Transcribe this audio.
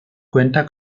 cuenta